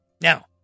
Now